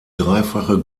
dreifache